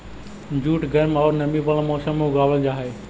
jute गर्म औउर नमी वाला मौसम में उगावल जा हई